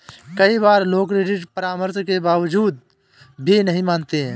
कई बार लोग क्रेडिट परामर्श के बावजूद भी नहीं मानते हैं